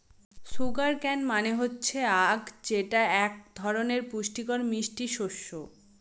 sugar cane মানে হচ্ছে আঁখ যেটা এক ধরনের পুষ্টিকর মিষ্টি শস্য